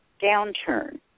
downturn